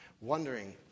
wondering